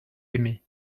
aimé